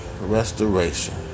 restoration